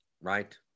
right